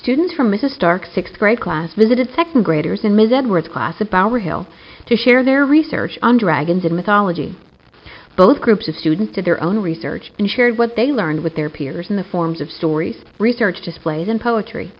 students from a stark sixth grade class visited second graders in ms edwards class about our hill to share their research on dragons and mythology both groups of students did their own research and shared what they learned with their peers in the forms of stories research displays and poetry